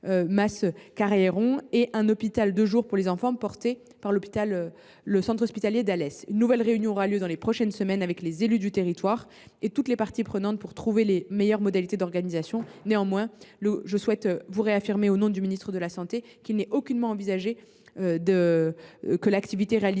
Mas Careiron et un hôpital de jour pour enfants géré par le centre hospitalier d’Alès. Une nouvelle réunion aura lieu au cours des prochaines semaines avec les élus du territoire et toutes les parties prenantes pour trouver les meilleures modalités d’organisation. Pour autant, je souhaite réaffirmer, au nom du ministre de la santé, qu’il n’est aucunement envisagé que l’activité du